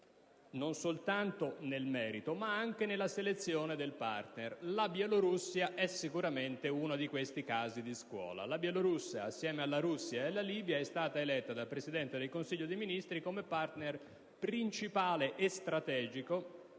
non soltanto nel merito, ma anche nella selezione del partner. La Bielorussia è sicuramente uno di questi casi di scuola. La Bielorussia, assieme alla Russia e alla Libia, è stata eletta dal Presidente del Consiglio dei ministri come partner principale e strategico